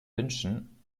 wünschen